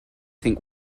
think